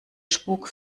spuck